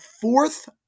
fourth